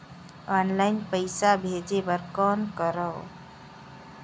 Online पईसा भेजे बर कौन करव?